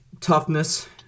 toughness